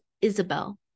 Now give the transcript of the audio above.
Isabel